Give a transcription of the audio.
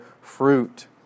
fruit